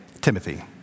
Timothy